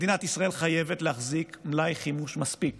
מדינת ישראל חייבת להחזיק מלאי חימוש מספיק